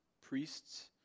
priests